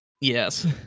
Yes